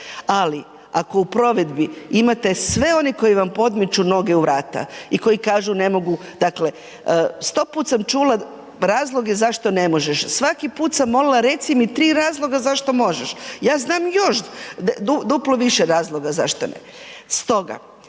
ali ako u provedbi imate sve one koji vam podmeću noge u vrata i koji kažu ne mogu. Dakle, 100 puta sam čula razloge zašto ne možeš. Svaki put sam molila reci mi tri razloga zašto možeš. Ja znam još duplo više razloga zašto ne. Stoga